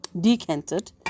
decanted